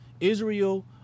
Israel